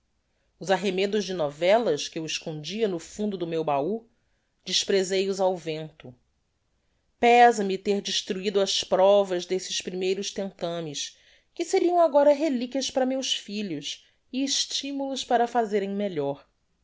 os arremedos de novellas que eu escondia no fundo do meu bahú desprezei os ao vento peza me ter destruido as provas desses primeiros tentamens que seriam agora reliquias para meus filhos e estimulos para fazerem melhor